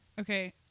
okay